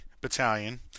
battalion